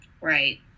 right